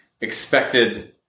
expected